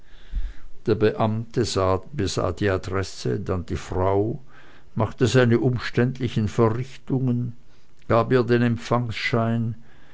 der beamte besah die adresse dann die frau machte seine umständlichen verrichtungen gab ihr den